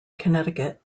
connecticut